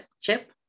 chip